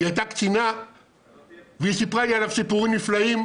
היא הייתה קצינה והיא סיפרה לי עליו סיפורים נפלאים,